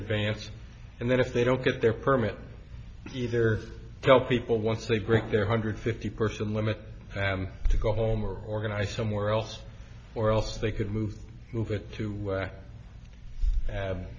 advance and then if they don't get their permit either help people once they greet their hundred fifty person limit to go home or organize somewhere else or else they could move over to